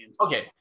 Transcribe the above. Okay